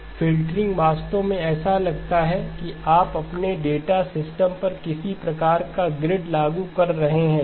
filtering वास्तव में ऐसा लगता है कि आप अपने डेटा सिस्टम पर किसी प्रकार का ग्रिड लागू कर रहे हैं ठीक